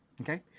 Okay